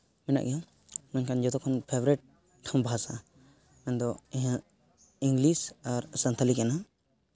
ᱢᱮᱱᱟᱜ ᱜᱮᱭᱟ ᱢᱮᱱᱠᱷᱟᱱ ᱡᱚᱛᱚ ᱠᱷᱚᱱ ᱯᱷᱮᱵᱟᱨᱮᱹᱴ ᱵᱷᱟᱥᱟ ᱢᱮᱱᱫᱚ ᱤᱝᱞᱤᱥ ᱟᱨ ᱥᱟᱱᱛᱟᱲᱤ ᱠᱟᱱᱟ